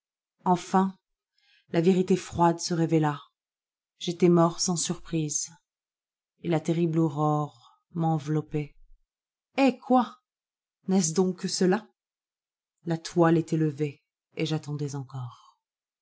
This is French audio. knfin la vérité froide se révéla j'étais mort sans surprise et la terrible aurorem'enveloppait eh quoi n'est-ce donc que celala toile était levée et j'attendais encore